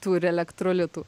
turi elektrolitų